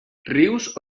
rius